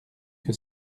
que